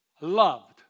loved